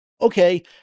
okay